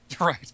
Right